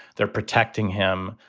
they're protecting him.